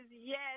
Yes